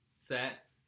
set